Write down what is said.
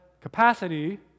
capacity